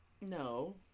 No